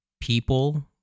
people